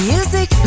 Music